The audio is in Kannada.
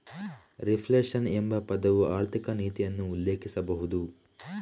ರಿಫ್ಲೇಶನ್ ಎಂಬ ಪದವು ಆರ್ಥಿಕ ನೀತಿಯನ್ನು ಉಲ್ಲೇಖಿಸಬಹುದು